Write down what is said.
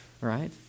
right